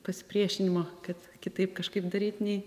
pasipriešinimo kad kitaip kažkaip daryt nei